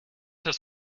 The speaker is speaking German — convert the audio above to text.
das